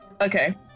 Okay